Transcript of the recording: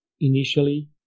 initially